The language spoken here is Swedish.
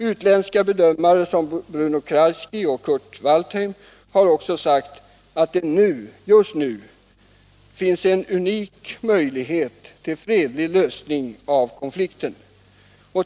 Utländska bedömare som Bruno Kreisky och Kurt Waldheim har också sagt att det just nu finns en unik möjlighet till fredlig lösning av konflikten.